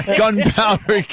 gunpowder